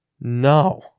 No